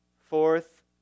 Fourth